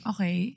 Okay